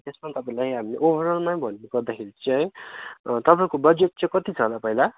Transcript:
त्यसमा पनि तपाईँलाई हामी ओभरअलमै भन्नु पर्दाखेरि चाहिँ तपाईँको बजट चाहिँ कति छ होला पहिला